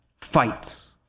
fights